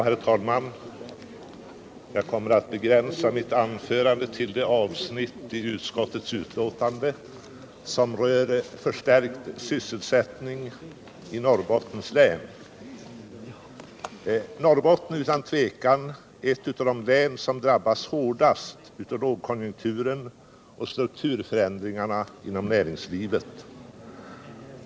Herr talman! Jag kommer att begränsa mitt anförande till det avsnitt i utskottsbetänkandet som rör förstärkt sysselsättning i Norrbottens län. Norrbotten är utan tvivel ett av de län som drabbats hårdast av lågkonjunkturen och strukturförändringarna inom näringslivet.